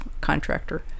contractor